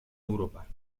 europa